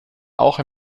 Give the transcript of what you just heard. auch